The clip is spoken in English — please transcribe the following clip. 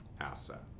asset